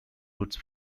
routes